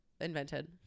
invented